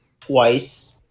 Twice